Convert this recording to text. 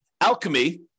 alchemy